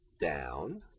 down